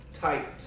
tight